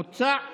מוצע להאריך,